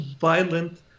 violent